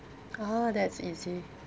ah that's easy